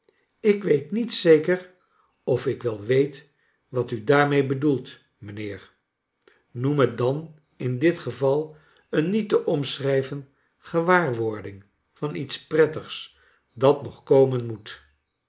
ik weet niet zeker of ik wel weet wat u daarmee bedoelt mijnheer noem het dan in dit geval een niet te omschrijven gewaarwording van iets prettigs dat nog komen moet